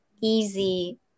easy